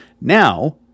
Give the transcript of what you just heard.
Now